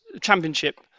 Championship